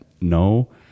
no